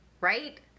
right